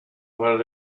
where